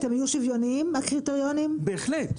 בהחלט.